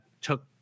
took